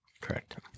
Correct